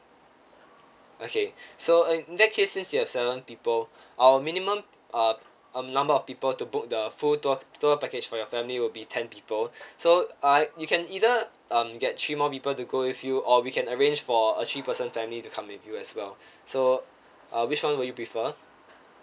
okay so in that case since you have seven people our minimum uh um number of people to book the full tour tour package for your family will be ten people so uh you can either um get three more people to go with you or we can arrange for a three person family to come with you as well so uh which one would you prefer